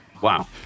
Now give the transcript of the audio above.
Wow